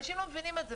אנשים לא מבינים את זה.